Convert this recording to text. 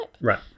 Right